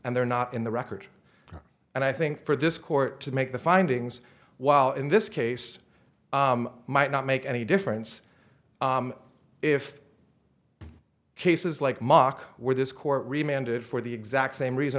and they're not in the record and i think for this court to make the findings while in this case might not make any difference if cases like mock where this court reminded for the exact same reason